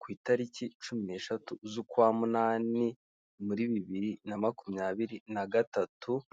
k'itariki cumi neshatu z'ukwa munani muri bibiri na makumyabiri na gatatu.